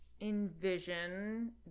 envision